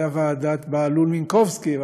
והייתה ועדת בהלול-מינקובסקי,